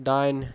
दाइन